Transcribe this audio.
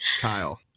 Kyle